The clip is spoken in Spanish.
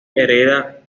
hereda